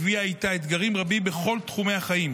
הביאה איתה אתגרים רבים בכל תחומי החיים,